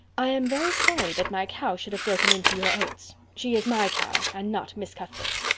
i am very sorry that my cow should have broken into your oats. she is my cow and not miss cuthbert's.